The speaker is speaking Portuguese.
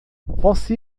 você